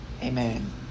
Amen